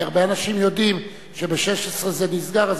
כי הרבה אנשים יודעים שב-16:00 זה נסגר,